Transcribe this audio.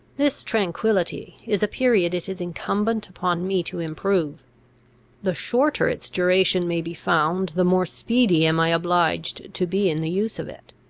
this tranquillity is a period it is incumbent upon me to improve the shorter its duration may be found, the more speedy am i obliged to be in the use of it.